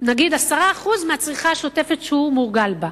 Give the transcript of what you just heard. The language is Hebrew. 10% מהצריכה השוטפת שהוא מורגל בה.